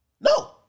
No